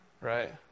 Right